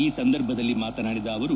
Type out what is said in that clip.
ಈ ಸಂದರ್ಭದಲ್ಲಿ ಮಾತನಾಡಿದ ಅವರು